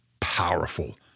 powerful